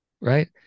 Right